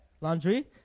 laundry